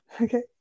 okay